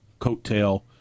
coattail